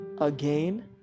again